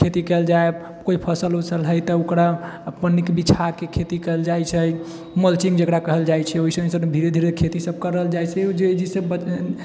खेती कएल जाए कोइ फसल असल हइ तऽ ओकरा पन्नीके बिछाके खेती कएल जाइ छै मल्चिंग जेकरा कहल जाइ छै ओइसन ओइसन धीरे धीरे खेती सब करल जाइ छै जइसे